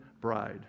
bride